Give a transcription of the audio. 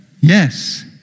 Yes